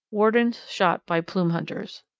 wardens shot by plume hunters.